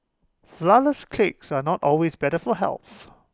Flourless Cakes are not always better for health